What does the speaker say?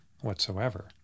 whatsoever